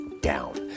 down